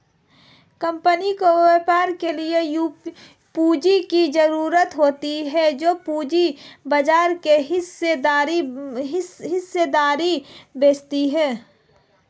company को व्यापार के लिए पूंजी की ज़रूरत होती है जो पूंजी बाजार में हिस्सेदारी बेचती है